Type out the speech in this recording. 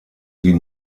die